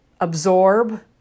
absorb